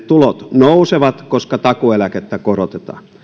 tulot nousevat koska takuu eläkettä korotetaan